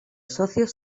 socios